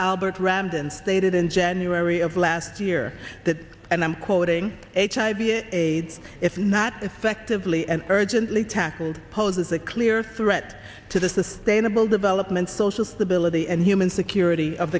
albert rand and stated in january of last year that and i'm quoting hiv aids if not effectively and urgently tackled poses a clear threat to the sustainable development social stability and human security of